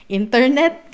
internet